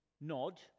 Nod